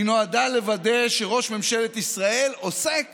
היא נועדה לוודא שראש ממשלת ישראל עוסק